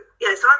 yes